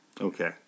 Okay